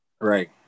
Right